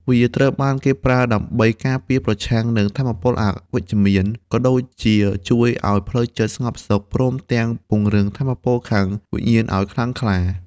វាត្រូវបានគេប្រើដើម្បីការពារប្រឆាំងនឹងថាមពលអវិជ្ជមាន ក៏ដូចជាជួយឱ្យផ្លូវចិត្តស្ងប់សុខ ព្រមទាំងពង្រឹងថាមពលខាងវិញាណឱ្យខ្លាំងក្លា។